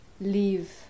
leave